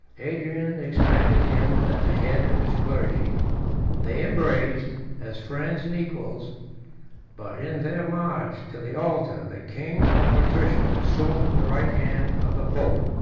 adrian expected him at the head of his clergy they embraced, as friends and equals but in their march to the altar, the king or patrician assumed the right hand of the pope.